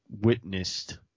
witnessed